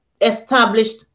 established